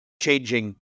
changing